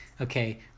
okay